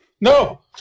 No